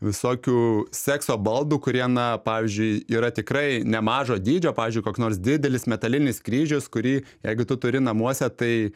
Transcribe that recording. visokių sekso baldų kurie na pavyzdžiui yra tikrai nemažo dydžio pavyzdžiui koks nors didelis metalinis kryžius kurį jeigu tu turi namuose tai